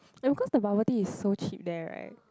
and because the bubble tea is so cheap there right